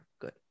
good